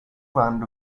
brand